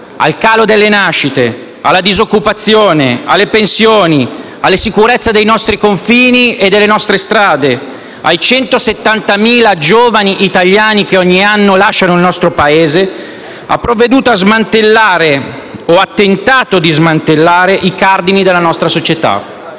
al calo delle nascite, alla disoccupazione, alle pensioni, alla sicurezza dei nostri confini e delle nostre strade, ai 170.000 giovani italiani che ogni anno lasciano il nostro Paese, ha provveduto a smantellare o ha tentato di smantellare i cardini della nostra società.